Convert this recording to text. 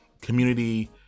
community